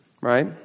Right